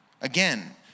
Again